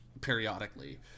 periodically